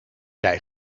jij